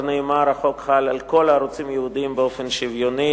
כבר נאמר: החוק חל על כל הערוצים הייעודיים באופן שוויוני,